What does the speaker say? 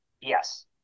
Yes